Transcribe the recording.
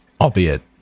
albeit